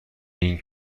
این